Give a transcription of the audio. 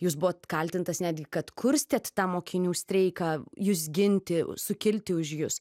jūs buvot kaltintas netgi kad kurstėt tą mokinių streiką jus ginti sukilti už jus